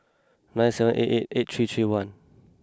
nine seven eight eight eight three three one